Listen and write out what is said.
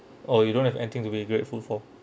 oh you don't have anything to be grateful for